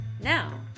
Now